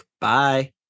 Bye